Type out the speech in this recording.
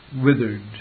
withered